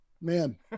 man